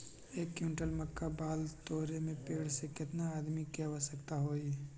एक क्विंटल मक्का बाल तोरे में पेड़ से केतना आदमी के आवश्कता होई?